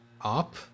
Up